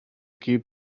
keep